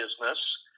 business